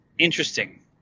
interesting